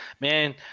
Man